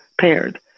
Paired